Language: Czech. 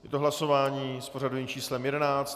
Je to hlasování s pořadovým číslem 11.